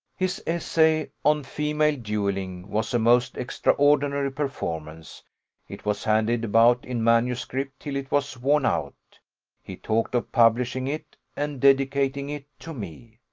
his essay on female duelling was a most extraordinary performance it was handed about in manuscript till it was worn out he talked of publishing it, and dedicating it to me.